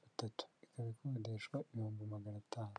butatu ikaba ikodeshwa ibihumbi magana atanu.